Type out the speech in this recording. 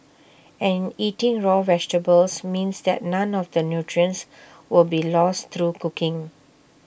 and eating raw vegetables means that none of the nutrients will be lost through cooking